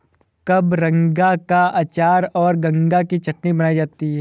कबरंगा का अचार और गंगा की चटनी बनाई जाती है